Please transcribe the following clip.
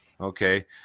okay